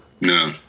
No